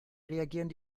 reagieren